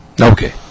Okay